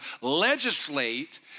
legislate